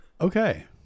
Okay